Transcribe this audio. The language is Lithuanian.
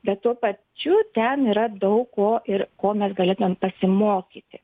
bet tuo pačiu ten yra daug ko ir ko mes galėtumėm pasimokyti